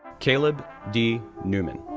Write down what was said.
caleb d. newman,